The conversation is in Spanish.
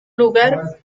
lugar